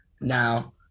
now